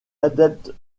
adepte